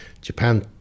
Japan